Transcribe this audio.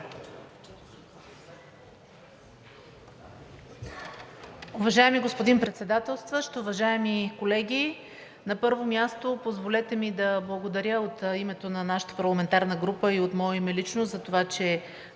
Уважаеми господин Председателстващ, уважаеми колеги! На първо място, позволете ми да благодаря от името на нашата парламентарна група и от мое име лично, затова че